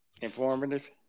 informative